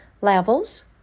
Levels